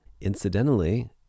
Incidentally